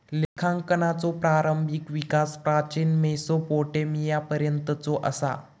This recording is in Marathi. लेखांकनाचो प्रारंभिक विकास प्राचीन मेसोपोटेमियापर्यंतचो असा